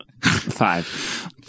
Five